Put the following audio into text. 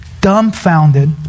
dumbfounded